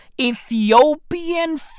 Ethiopian